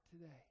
today